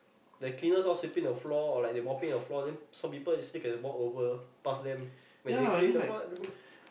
the cleaners all sweeping the floor or like they mopping the floor then some people still can walk over you know past them when they cleaning the floor eh